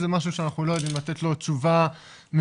זה משהו שאנחנו לא יודעים לתת עליו תשובה מדויקת,